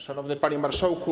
Szanowny Panie Marszałku!